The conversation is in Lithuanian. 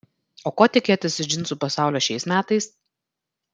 o ko tikėtis iš džinsų pasaulio šiais metais